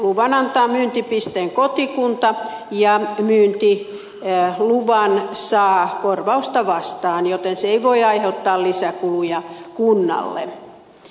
luvan antaa myyntipisteen kotikunta ja myyntiluvan saa korvausta vastaan joten se ei voi aiheuttaa lisäkuluja kunnalle